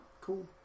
Cool